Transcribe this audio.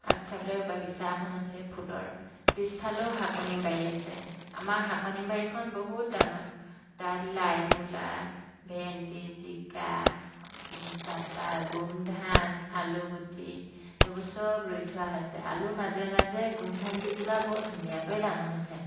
আগফালেও বাগিচা এখন আছে ফুলৰ পিছফালেও শাকনি বাৰী আছে আমাৰ শাকনি বাৰীখন বহুত ডাঙৰ তাত লাই মূলা ভেন্দি জিকা তাৰ পৰা গোমধান আলুগুটি সেইবোৰ চব ৰুই থোৱা হৈছে আলু মাজে মাজে গোমধানগিজোপা বৰ ধুনীয়াকৈ ডাঙৰ হৈছে